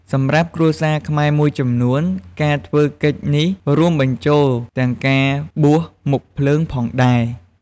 សម្រាប់គ្រួសារខ្មែរមួយចំនួន ការធ្វើកិច្ចនេះរួមបញ្ចូលទាំងការបួសមុខភ្លើងផងដែរ។